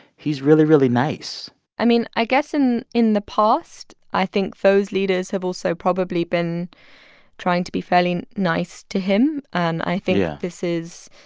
he's really, really nice i mean, i guess in in the past, i think those leaders have also probably been trying to be fairly nice to him. him. and i think. yeah. this is,